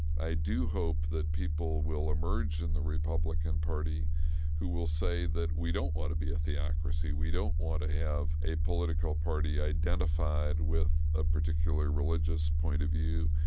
i do hope that people will emerge in the republican party who will say that we don't want to be a theocracy, we don't want to have a political party identified with a particular religious point of view,